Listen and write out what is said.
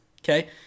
okay